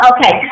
Okay